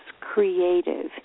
creative